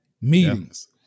meetings